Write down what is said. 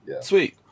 sweet